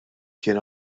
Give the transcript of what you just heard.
kien